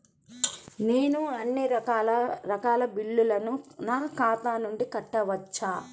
నేను అన్నీ రకాల బిల్లులను నా ఖాతా నుండి కట్టవచ్చా?